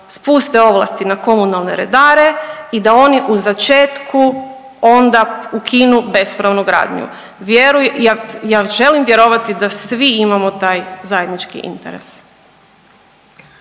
spuste ovlasti na komunalne redare i da oni u začetku onda ukinu bespravnu gradnju. Vjeruj, ja želim vjerovati da svi imamo taj zajednički interes.